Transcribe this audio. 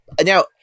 now